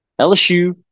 LSU